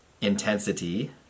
intensity